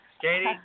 Katie